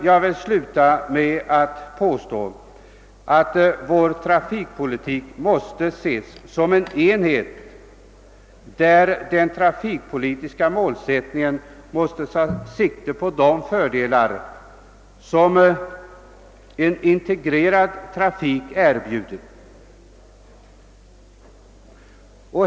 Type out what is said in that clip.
Jag vill sluta med att påstå att vår trafikpolitik måste betraktas som en enhet där den trafikpolitiska målsättningen måste inrikta sig på de fördelar som en integrerad trafik erbjuder.